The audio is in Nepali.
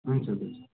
हुन्छ हुन्छ